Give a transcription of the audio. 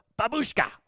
Babushka